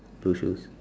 blue shoes